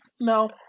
no